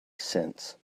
since